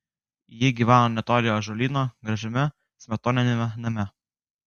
ji gyveno netoli ąžuolyno gražiame smetoniniame name